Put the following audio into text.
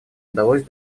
удалось